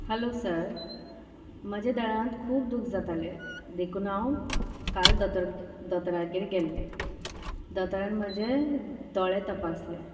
hello sir म्हज्या दोळ्यांत खूब दूख जातालें देखून हांव काल दोतोर्ग दोतोरागेर गेल्लें दोतोरान म्हजे दोळे तपासले